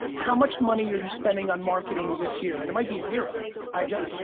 how much money are you spending on marketing this year? and it might be zero, i just,